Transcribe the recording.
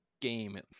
game